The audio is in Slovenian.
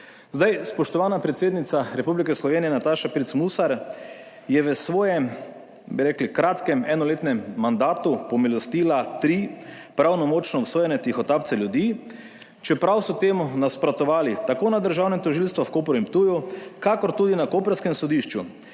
Zdaj, spoštovana predsednica Republike Slovenije, Nataša Pirc Musar, je v svojem, bi rekli, kratkem enoletnem mandatu pomilostila tri pravnomočno obsojene tihotapce ljudi, čeprav so temu nasprotovali tako na Državnem tožilstvu v Kopru in Ptuju kakor tudi na koprskem sodišču.